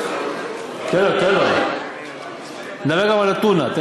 תן לו, תן לו, נראה לו מה זה טונה.